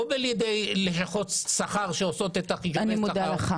לא על ידי לשכות שכר שעושות את חישובי שכר,